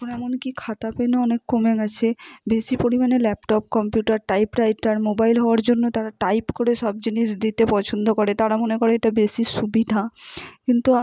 এখন এমনকি খাতা পেনও অনেক কমে গেছে বেশি পরিমাণে ল্যাপটপ কম্পিউটার টাইপরাইটার মোবাইল হওয়ার জন্য তারা টাইপ করে সব জিনিস দিতে পছন্দ করে তারা মনে করে এটা বেশি সুবিধা কিন্তু